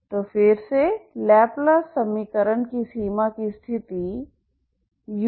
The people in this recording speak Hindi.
तो फिर से लाप्लास समीकरण की सीमा की स्थिति ux